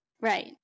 Right